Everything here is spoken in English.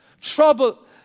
trouble